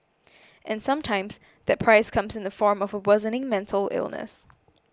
and sometimes that price comes in the form of a worsening mental illness